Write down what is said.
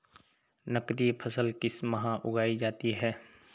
नकदी फसल किस माह उगाई जाती है?